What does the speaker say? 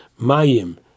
Mayim